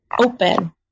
open